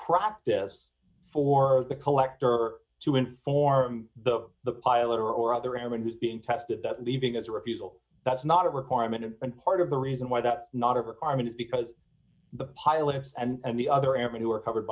practice for the collector to inform the of the pilar or other avenues being tested that leaving as a refusal that's not a requirement and part of the reason why that not a requirement because the pilot and the other avenue are covered